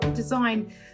design